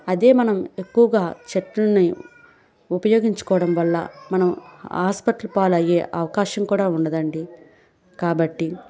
అదే మనం ఎక్కువగా చెట్లని ఉపయోగించుకోవడం వల్ల మనం హాస్పిటల్ పాలయ్యే అవకాశం కూడా ఉండదండి కాబట్టి